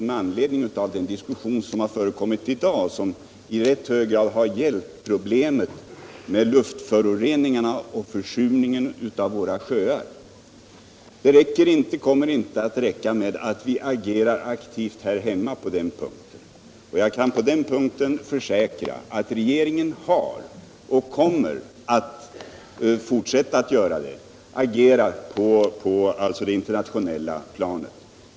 Med anledning av den diskussion som har förekommit i dag och som i rätt hög grad har gällt problemen med luftföroreningarna och försurningen av våra sjöar skulle jag vilja tillägga att det inte räcker med att vi agerar aktivt här hemma. Jag kan på denna punkt försäkra att regeringen har agerat och kommer att agera på det internationella planet.